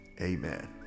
amen